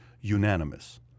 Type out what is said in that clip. unanimous